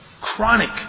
Chronic